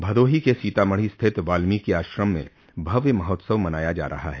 भदोही के सीतामढ़ी स्थित वाल्मीकि आश्रम में भव्य महोत्सव मनाया जा रहा है